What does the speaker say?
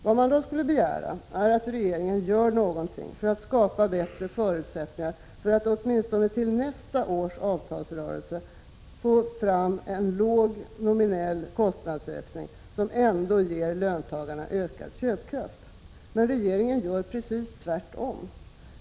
Vad man då skulle begära är att regeringen gör någonting för att skapa bättre förutsättningar för att åtminstone nästa års avtalsrörelse skall kunna sluta på en låg nominell kostnadsökning som ändå ger löntagarna ökad köpkraft. Men regeringen gör precis tvärtom.